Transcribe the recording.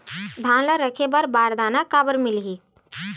धान ल रखे बर बारदाना काबर मिलही?